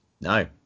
no